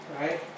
right